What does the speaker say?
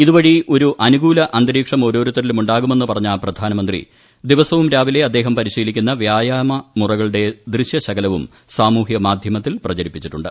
ഇതുവഴി ഒരു അനുകൂല അന്തരീക്ഷം ഓരോരുത്തരിലും ഉണ്ടാകുമെന്ന് പറഞ്ഞ പ്രധാനമന്ത്രി ദിവസവും രാവിലെ അദ്ദേഹം പരിശീലിക്കുന്ന വ്യായാമ മുറകളുടെ ദൃശ്യശകലവും സാമൂഹ്യ മാധ്യമത്തിൽ പ്രചരിപ്പിച്ചിട്ടുണ്ട്